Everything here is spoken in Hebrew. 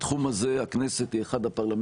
התחום בתחום הזה הכנסת היא אחד הפרלמנטים